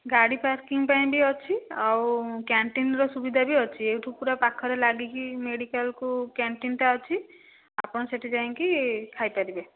ଗାଡ଼ି ପାର୍କିଂ ପାଇଁ ବି ଅଛି ଆଉ କ୍ୟାଣ୍ଟିନର ସୁବିଧା ବି ଅଛି ଏଠୁ ପୁରା ପାଖରେ ଲାଗିକି ମେଡିକାଲକୁ କ୍ୟାଣ୍ଟିନଟା ଅଛି ଆପଣ ସେଠି ଯାଇକି ଖାଇପାରିବେ